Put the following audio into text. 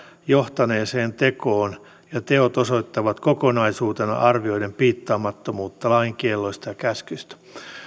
johtaneeseen tekoon ja teot osoittavat kokonaisuutena arvioiden piittaamattomuutta lain kielloista ja käskyistä